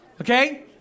Okay